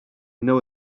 know